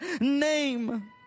name